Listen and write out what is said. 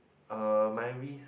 uh my wrist